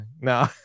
no